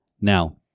Now